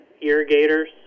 irrigators